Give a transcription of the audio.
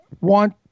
want